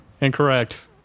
Incorrect